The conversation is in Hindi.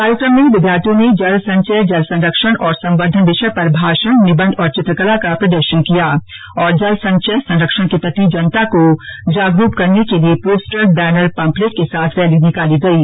कार्यक्रम में विद्यार्थियों ने जल संचय जल संरक्षण और सवंद्दधन विषय पर भाषण निबन्ध और चित्रकला का प्रदर्शन किया और जल संचय संरक्षण के प्रति जनता को जागरूक करने के लिए पोस्टर बेनर पम्पलेट के साथ रैली निकाली गयी